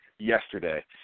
yesterday